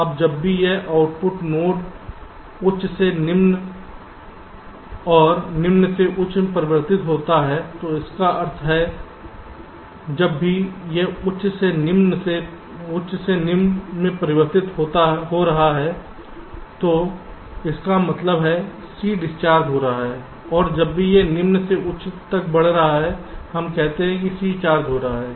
अब जब भी यह आउटपुट नोड उच्च से निम्न और निम्न से उच्च में परिवर्तित होता है तो इसका क्या अर्थ है जब भी यह उच्च से निम्न में परिवर्तित हो रहा है तो इसका मतलब है C डिस्चार्ज हो रहा है और जब भी यह निम्न से उच्च तक बढ़ रहा है हम कहते हैं कि C चार्ज हो रहा है